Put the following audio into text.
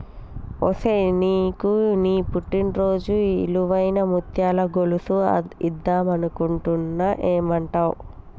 ఒసేయ్ నీకు నీ పుట్టిన రోజున ఇలువైన ముత్యాల గొలుసు ఇద్దం అనుకుంటున్న ఏమంటావ్